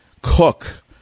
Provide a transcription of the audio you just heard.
cook